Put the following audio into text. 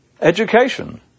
Education